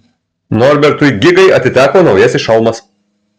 norbertui gigai atiteko naujasis šalmas